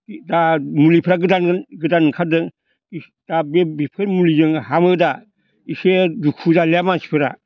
दा मुलिफ्रा गोदान गोदान ओंखारदों दा बेफोर मुलिजोंनो हामो दा एसे दुखु जालिया मानसिफ्रा